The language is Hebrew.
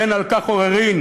אין על כך עוררין,